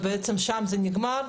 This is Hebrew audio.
ובעצם שם זה נגמר,